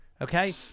okay